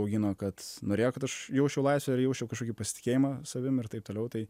augino kad norėjo kad aš jausčiau laisvę ir jausčiau kažkokį pasitikėjimą savim ir taip toliau tai